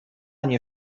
nie